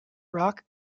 rock